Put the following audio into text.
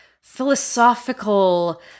philosophical